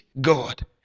god